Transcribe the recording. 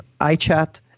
iChat